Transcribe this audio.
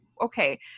okay